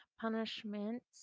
punishments